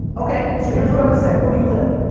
okay, so here's what i would say. where do you live?